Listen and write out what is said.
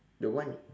the one